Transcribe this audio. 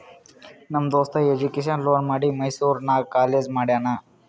ನಮ್ ದೋಸ್ತ education loan ಮಾಡಿ ಮೈಸೂರು ನಾಗ್ ಕಾಲೇಜ್ ಮಾಡ್ಯಾನ್